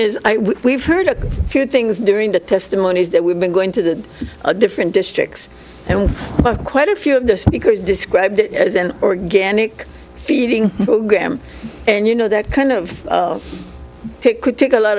is we've heard a few things during the testimonies that we've been going to the different districts and quite a few of the speakers described it as an organic feeding program and you know that kind of pick could take a lot